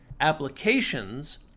Applications